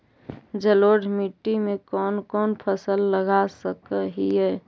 जलोढ़ मिट्टी में कौन कौन फसल लगा सक हिय?